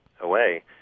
away